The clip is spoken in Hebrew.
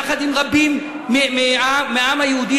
יחד עם רבים מהעם היהודי,